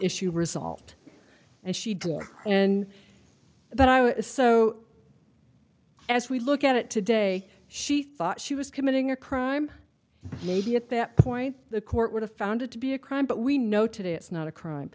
issue resolved and she didn't and that i was so as we look at it today she thought she was committing a crime maybe at that point the court would have found it to be a crime but we know today it's not a crime